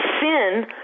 sin